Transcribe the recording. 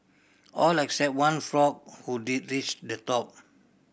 all except one frog who did reach the top